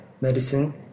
Medicine